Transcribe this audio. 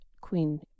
Queen